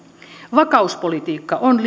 vakauspolitiikka on